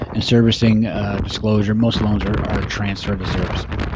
and servicing disclosure, most loans are are transferred to servicing.